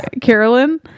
Carolyn